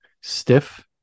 stiff